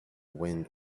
wind